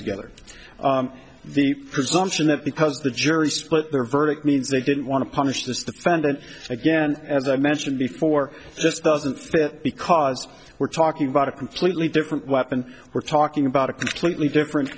together the presumption that because the jury split their verdict means they didn't want to punish this defendant again as i mentioned before this doesn't fit because we're talking about a completely different weapon we're talking about a completely different